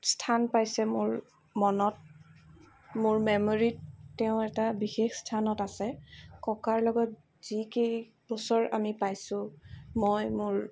স্থান পাইছে মোৰ মনত মোৰ মেমৰিত তেওঁ এটা বিশেষ স্থানত আছে ককাৰ লগত যি কেইবছৰ আমি পাইছোঁ মই মোৰ